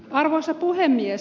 arvoisa puhemies